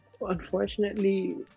unfortunately